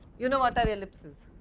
you know. what are ellipses?